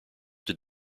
did